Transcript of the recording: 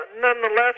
nonetheless